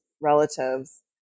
relatives